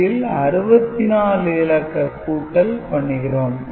இதில் 64 இலக்க கூட்டல் பண்ணுகிறோம்